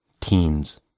teens